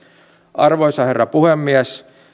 arvoisa herra puhemies